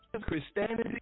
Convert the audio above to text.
Christianity